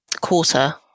quarter